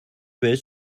بهش